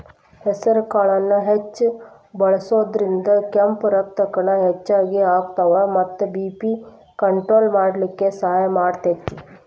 ಹೆಸರಕಾಳನ್ನ ಹೆಚ್ಚ್ ಬಳಸೋದ್ರಿಂದ ಕೆಂಪ್ ರಕ್ತಕಣ ಹೆಚ್ಚಗಿ ಅಕ್ಕಾವ ಮತ್ತ ಬಿ.ಪಿ ಕಂಟ್ರೋಲ್ ಮಾಡ್ಲಿಕ್ಕೆ ಸಹಾಯ ಮಾಡ್ತೆತಿ